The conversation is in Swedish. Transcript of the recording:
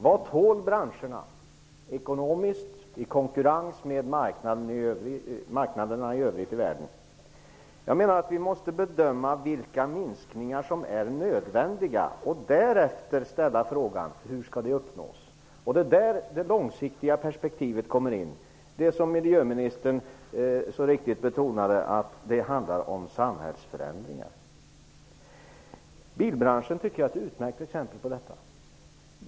Vad tål branscherna ekonomiskt i konkurrens med marknaderna i den övriga världen? Men jag menar att vi måste bedöma vilka minskningar som är nödvändiga och därefter ställa frågan hur de skall uppnås. Där kommer det långsiktiga perspektivet in, och precis som miljöministern betonade så handlar det om samhällsförändringar. Bilbranschen är ett utmärkt exempel på detta.